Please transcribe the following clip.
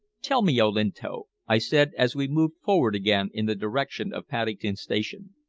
tell me, olinto, i said as we moved forward again in the direction of paddington station,